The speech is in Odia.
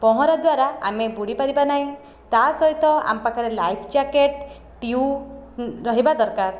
ପହଁରା ଦ୍ୱାରା ଆମେ ବୁଡ଼ି ପାରିବା ନାହିଁ ତା ସହିତ ଆମ ପାଖରେ ଲାଇଫ୍ ଜ୍ୟାକେଟ ଟିଉ ରହିବା ଦରକାର